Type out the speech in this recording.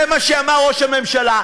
זה מה שאמר ראש הממשלה,